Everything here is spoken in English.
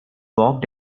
walked